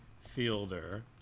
Fielder